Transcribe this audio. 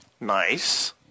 Nice